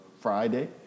Friday